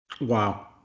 Wow